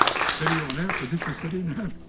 city announcer this is they didn't have